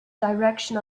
direction